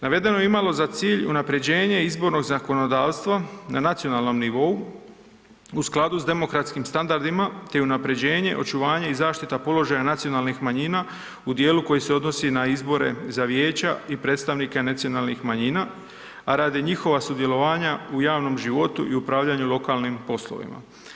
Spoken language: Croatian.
Navedeno je imalo za cilj unaprjeđenje izbornog zakonodavstva na nacionalnom nivou u skladu s demokratskim standardima te i unaprjeđenje, očuvanje i zaštita položaja nacionalnih manjina u dijelu koji se odnosi na izbore za vijeća i predstavnike nacionalnih manjina, a radi njihova sudjelovanja u javnom životu i upravljanju lokalnim poslovima.